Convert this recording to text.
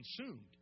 consumed